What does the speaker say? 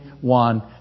one